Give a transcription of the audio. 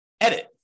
edit